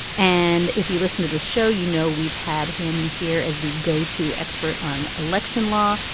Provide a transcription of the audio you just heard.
and if you listen to this show, you know, we've had him here as the go to expert on election law.